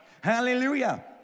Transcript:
hallelujah